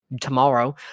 tomorrow